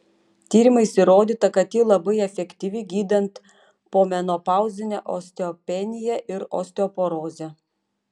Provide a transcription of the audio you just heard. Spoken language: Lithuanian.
tyrimais įrodyta kad ji labai efektyvi gydant pomenopauzinę osteopeniją ir osteoporozę